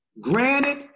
granted